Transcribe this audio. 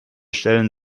stellen